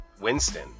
Winston